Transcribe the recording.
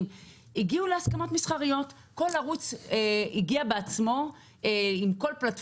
הגיעו להסכמות מסחריות כאשר כל ערוץ הגיע בעצמו להסכמות